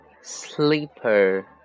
Sleeper